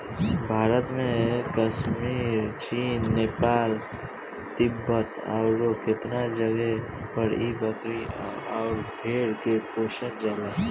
भारत में कश्मीर, चीन, नेपाल, तिब्बत अउरु केतना जगे पर इ बकरी अउर भेड़ के पोसल जाला